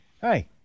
Hi